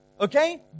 Okay